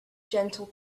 gentle